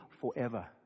forever